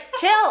chill